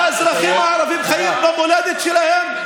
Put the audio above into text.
האזרחים הערבים חיים במולדת שלהם,